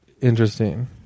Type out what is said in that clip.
interesting